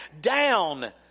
down